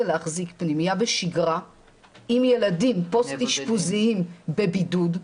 להחזיק פנימייה בשגרה עם ילדים פוסט אשפוזיים בבידוד,